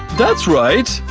that's right!